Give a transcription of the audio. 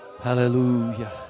Hallelujah